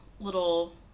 little